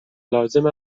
لازم